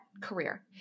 career